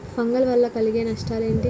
Fungal వల్ల కలిగే నష్టలేంటి?